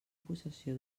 possessió